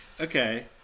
Okay